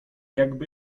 jakby